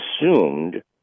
assumed